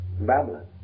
Babylon